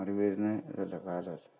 മാറി വരുന്നേ എല്ലാം കാലം